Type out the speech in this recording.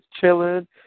chilling